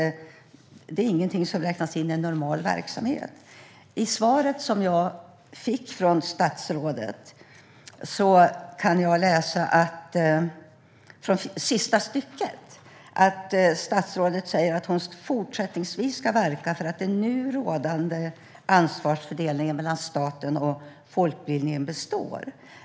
Det är alltså inget som räknas in i en normal verksamhet. I svaret från statsrådet kan jag i sista stycket läsa att hon fortsättningsvis ska verka för att den nu rådande ansvarsfördelningen mellan staten och folkbildningen ska bestå.